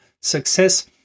success